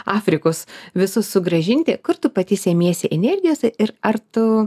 afrikos visus sugrąžinti kur tu pati semiesi energijos ir ar tu